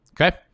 Okay